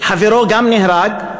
חברו גם נהרג,